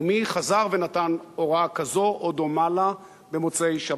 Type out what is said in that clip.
ומי חזר ונתן הוראה כזו או דומה לה במוצאי-שבת